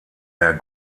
der